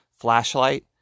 flashlight